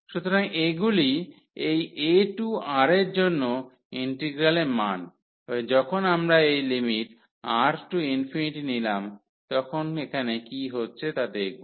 সুতরাং এইগুলি এই a টু R এর জন্য ইন্টিগ্রালের মান এবং যখন আমরা এই R→∞ নিলাম তখন এখানে কি হচ্ছে তা দেখব